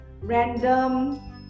random